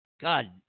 god